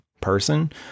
person